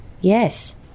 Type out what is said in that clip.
yes